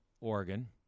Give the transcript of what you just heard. Oregon